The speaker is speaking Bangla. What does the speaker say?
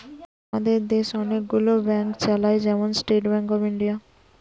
আমাদের দেশ অনেক গুলো ব্যাংক চালায়, যেমন স্টেট ব্যাংক অফ ইন্ডিয়া